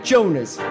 Jonas